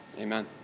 Amen